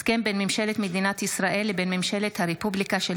הסכם בין ממשלת מדינת ישראל לבין ממשלת הרפובליקה של